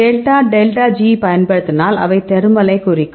delta delta G பயன்படுத்தினால் அவை தேர்மலை குறிக்கும்